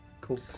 Cool